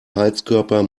heizkörper